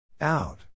Out